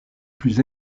plus